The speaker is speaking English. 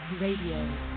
Radio